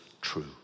true